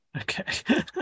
Okay